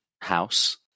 house